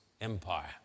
empire